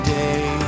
day